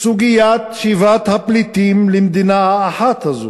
סוגיית שיבת הפליטים למדינה האחת הזאת.